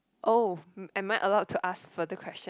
oh am I allowed to ask further question